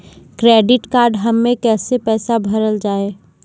Credit card हम्मे कैसे पैसा भरल जाए?